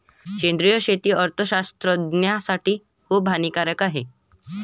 सेंद्रिय शेती अर्थशास्त्रज्ञासाठी खूप हानिकारक आहे